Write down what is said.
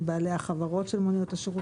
מבעלי החברות של מוניות השירות,